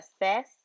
assess